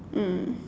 mm